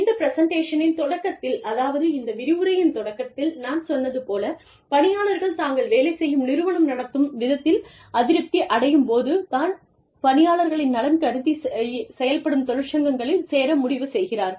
இந்த பிரசன்டேஷனின் தொடக்கத்தில் அதாவது இந்த விரிவுரையின் தொடக்கத்தில் நான் சொன்னது போல பணியாளர்கள் தாங்கள் வேலை செய்யும் நிறுவனம் நடத்தும் விதத்தில் அதிருப்தி அடையும் போது தான் பணியாளர்களின் நலன் கருதி செயல்படும் தொழிற்சங்கத்தில் சேர முடிவு செய்கிறார்கள்